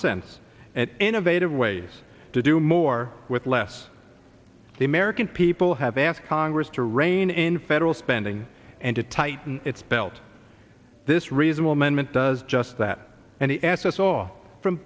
sense and innovative ways to do more with less the american people have asked congress to rein in federal spending and to tighten its belt this reasonable man meant does just that and he asked us all from